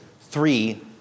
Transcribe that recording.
three